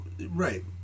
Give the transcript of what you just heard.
right